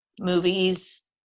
movies